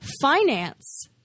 finance